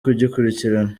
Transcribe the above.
kugikurikirana